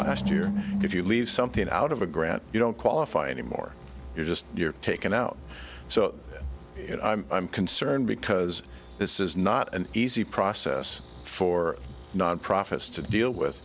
last year if you leave something out of a grant you don't qualify anymore you just you're taken out so you know i'm i'm concerned because this is not an easy process for nonprofits to deal with